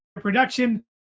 production